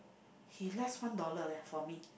he less one dollar leh for me